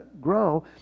grow